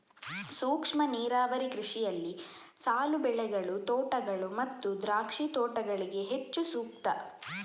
ಸೂಕ್ಷ್ಮ ನೀರಾವರಿ ಕೃಷಿಯಲ್ಲಿ ಸಾಲು ಬೆಳೆಗಳು, ತೋಟಗಳು ಮತ್ತು ದ್ರಾಕ್ಷಿ ತೋಟಗಳಿಗೆ ಹೆಚ್ಚು ಸೂಕ್ತ